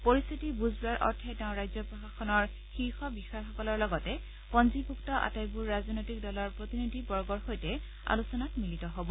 পৰিস্থিতিৰ বুজ লোৱাৰ অৰ্থে তেওঁ ৰাজ্য প্ৰশাসনৰ শীৰ্ষ বিষয়াসকলৰ লগতে পঞ্জীভুক্ত আটাইবোৰ ৰাজনৈতিক দলৰ প্ৰতিনিধি বৰ্গৰ সৈতে আলোচনাত মিলিত হ'ব